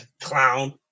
clown